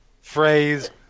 phrase